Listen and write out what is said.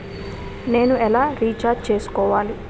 నేను ఎలా రీఛార్జ్ చేయించుకోవాలి?